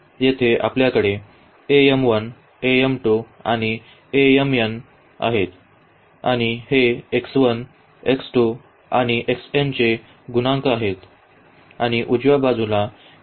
येथे आपल्याकडे आणि आहेत आणि हे आणि xn चे गुणांक आहेत आणि उजव्या बाजूला आहे